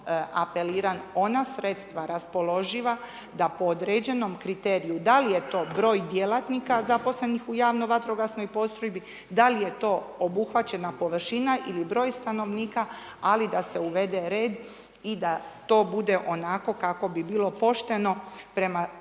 apeliram ona sredstva raspoloživa da po određenom kriteriju, da li je to broj djelatnika zaposlenih u javno vatrogasnoj postrojbi, da li je to obuhvaćena površina ili broj stanovnika, ali da se uvede red i da to bude onako kako bi bilo pošteno prema